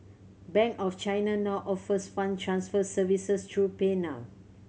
bank of China now offers fund transfer services through PayNow